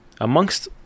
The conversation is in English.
Amongst